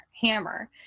hammer